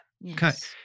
Yes